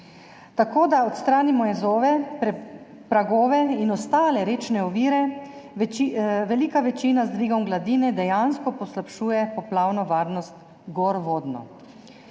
Tako da odstranimo jezove, pragove in ostale rečne ovire – velika večina z dvigom gladine dejansko poslabšuje poplavno varnost gorvodno.«